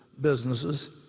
businesses